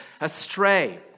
astray